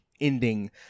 ending